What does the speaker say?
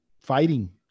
fighting